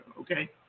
okay